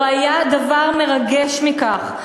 לא היה דבר מרגש מכך.